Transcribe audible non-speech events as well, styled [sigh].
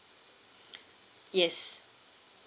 [breath] yes